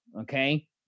okay